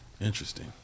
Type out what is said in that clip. interesting